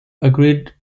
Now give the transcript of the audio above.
agreed